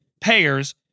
payers